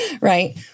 right